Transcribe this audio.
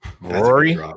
rory